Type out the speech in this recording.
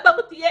למה הוא טייל?